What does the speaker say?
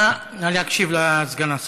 נא להקשיב לסגן השר.